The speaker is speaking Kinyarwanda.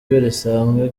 risanzwe